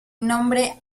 nombre